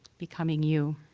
becoming you.